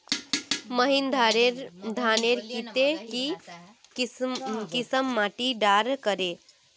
महीन धानेर केते की किसम माटी डार कर?